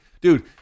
Dude